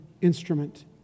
instrument